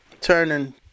turning